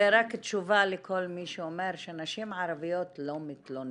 זה רק תשובה לכל מי שאומר שנשים ערביות לא מתלוננות.